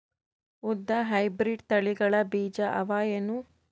ಉದ್ದ ಹೈಬ್ರಿಡ್ ತಳಿಗಳ ಬೀಜ ಅವ ಏನು?